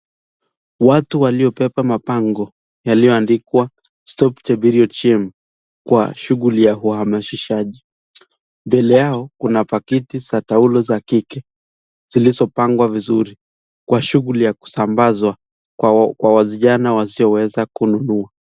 Watu waliobeba mabango yalioandikwa stop the period shame kwa shughuli ya uhamasishaji. Mbele yao kuna pakiti za taulo za kike zilizopangwa vizuri kwa shughuli ya kusabazwa kwa vijana wasioweza kununua.